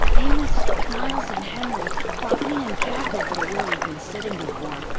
amos, miles, and henry brought me and jack over to where we'd been sitting before,